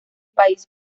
país